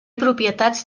propietats